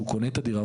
שהוא קונה את הדירה,